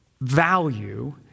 value